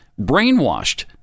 brainwashed